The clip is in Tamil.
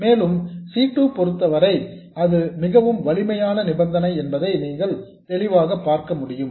மேலும் C 2 பொருத்தவரை இது மிகவும் வலிமையான நிபந்தனை என்பதை நீங்கள் தெளிவாகப் பார்க்க முடியும்